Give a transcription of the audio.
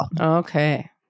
Okay